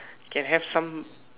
can have some